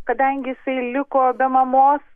kadangi jisai liko be mamos